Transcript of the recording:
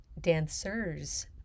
dancers